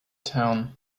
town